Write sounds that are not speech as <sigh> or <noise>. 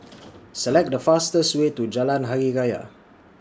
<noise> Select The fastest Way to Jalan Hari Raya